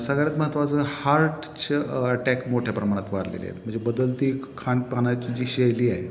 सगळ्यात महत्त्वाचं हार्टचं अटॅक मोठ्या प्रमाणात वाढलेले आहे म्हणजे बदलती खानपानाची जी शैली आहे